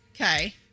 Okay